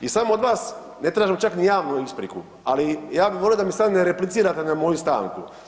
I samo od vas, ne tražim čak ni javnu ispriku, ali ja bi volio da mi sad ne replicirate na moju stanku.